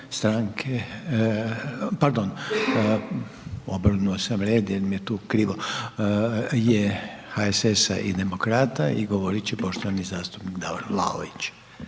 stranke, pardon. Obrnuo sam red jer mi je tu krivo, je HSS-a i Demokrata i govorit će poštovani zastupnik Davor Vlaović.